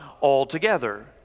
altogether